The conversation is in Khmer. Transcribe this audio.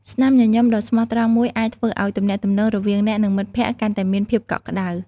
ស្នាមញញឹមដ៏ស្មោះត្រង់មួយអាចធ្វើឲ្យទំនាក់ទំនងរវាងអ្នកនិងមិត្តភក្តិកាន់តែមានភាពកក់ក្តៅ។